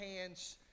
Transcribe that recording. hands